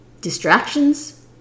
distractions